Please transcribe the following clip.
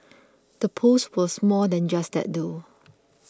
the post was more than just that though